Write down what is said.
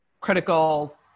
critical